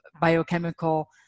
biochemical